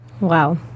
Wow